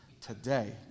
today